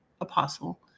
Apostle